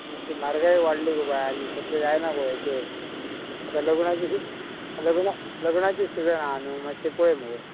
मातशी म्हारगाय वाडली गो बाय आनी सद्द्यां जायना गो हे आतां लग्नाची लग्ना लग्नाची सिजन आहा न्हू मातशें पय मुगो